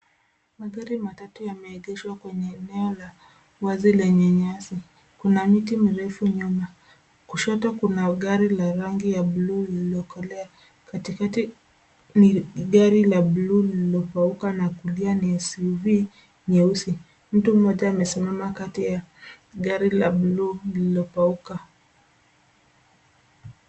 Magari matatu yameegeshwa kwenye eneo la wazi lenye nyasi. Kuna miti mirefu nyuma. Kushoto kuna gari la rangi ya buluu lililokolea. Katikati ni gari la buluu lililokauka na kulia ni SUV nyeusi. Mtu mmoja amesimama kati ya gari la buluu lililokauka.